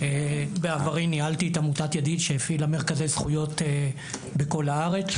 בעברי ניהלתי את עמותת "ידיד" שהפעילה מרכזי זכויות בכל הארץ.